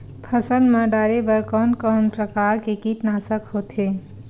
फसल मा डारेबर कोन कौन प्रकार के कीटनाशक होथे?